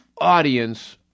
audience